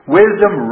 wisdom